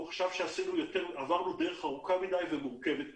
הוא חשב שעברנו דרך ארוכה מדי ומורכבת מדי,